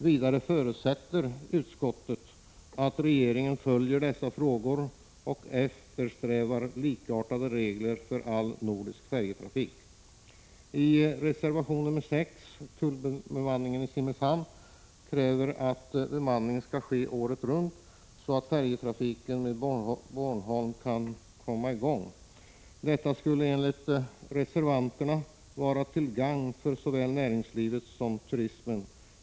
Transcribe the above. Vidare förutsätter utskottet att regeringen följer dessa frågor och eftersträvar likartade regler för all nordisk färjetrafik. I reservation nr 6, om tullbemanningen i Simrishamn, krävs att bemanning skall ske året runt, så att färjetrafiken med Bornholm kan komma i gång. Detta skulle, enligt reservanterna, vara till gagn för såväl näringslivet som turismen.